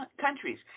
countries